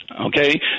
Okay